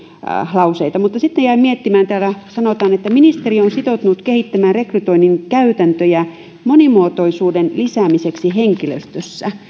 lauseita mutta sitten jäin miettimään kun täällä sanotaan ministeriö on sitoutunut kehittämään rekrytoinnin käytäntöjä monimuotoisuuden lisäämiseksi henkilöstössä